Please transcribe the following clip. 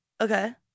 Okay